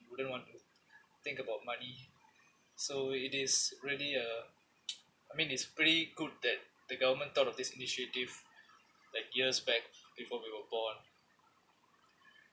wouldn't want to think about money so it is really uh I mean it's pretty good that the government thought of this initiative like years back before we were born